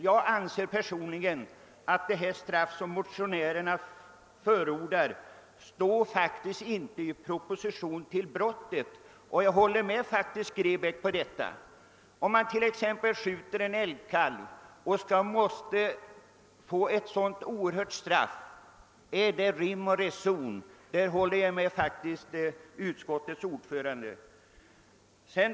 Jag anser personligen att det straff som motionärerna förordar inte står i proportion till brottet. är det rim och reson att man skall få ett så oerhört straff om man skjuter en älgkalv? Där håller jag med utskottets ordförande.